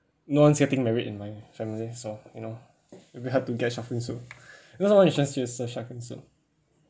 no one's getting married in my family so you know a bit hard to get shark fin soup because serve shark fin soup